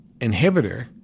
inhibitor